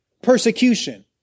persecution